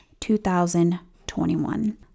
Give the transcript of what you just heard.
2021